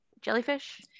jellyfish